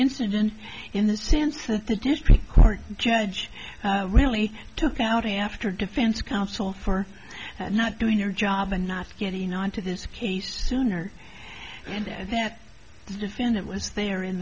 incident in the sense that the district court judge really took out after defense counsel for not doing their job and not getting onto this case sooner and that defendant was there in